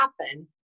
happen